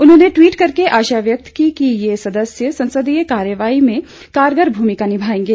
उन्होंने ट्वीट करके आशा व्यक्त की कि ये सदस्य संसदीय कार्यवाही में कारगर भूमिका निभायेंगे